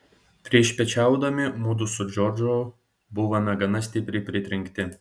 priešpiečiaudami mudu su džordžu buvome gana stipriai pritrenkti